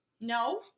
No